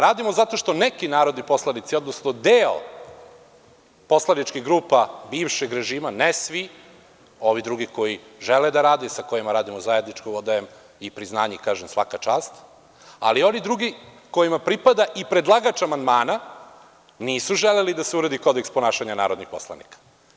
Radimo, zato što neki narodni poslanici, odnosno deo poslaničkih grupa bivšeg režima, ne svi, ovi drugi koji žele da rade, i sa kojima radimo zajednički, odajem i priznanje i kažem – svaka čast, ali oni drugi kojima pripada i predlagač amandmana, nisu želeli da se uredi kodeks ponašanja narodnih poslanika.